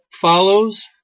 follows